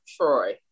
Troy